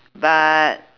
but